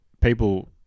people